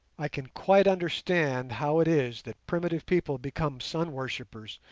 i can quite understand how it is that primitive people become sun worshippers,